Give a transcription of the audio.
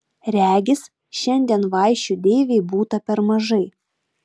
regis šiandien vaišių deivei būta per mažai